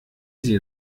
sie